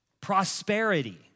prosperity